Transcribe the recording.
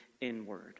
inward